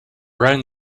rang